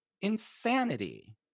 insanity